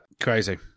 Crazy